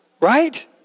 Right